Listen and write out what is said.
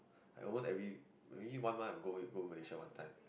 I almost every maybe one month I will go I go Malaysia one time